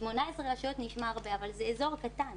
18 רשויות נשמע הרבה אבל זה אזור קטן.